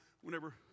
whenever